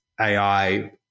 AI